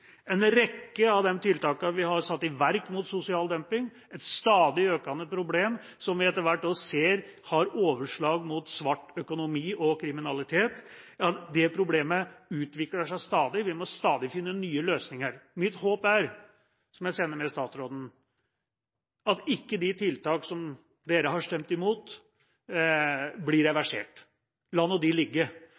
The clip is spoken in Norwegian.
Vi har satt i verk en rekke tiltak mot sosial dumping, som er et stadig økende problem, og som vi etterhvert også ser har overslag mot svart økonomi og kriminalitet. Problemet utvikler seg stadig; vi må stadig finne nye løsninger. Mitt håp, som jeg sender med statsråden, er at de tiltak som dere har stemt imot, ikke blir reversert. La nå dem ligge!